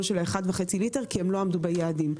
של ה-1.5 ליטר זה שהם לא עמדו ביעדים.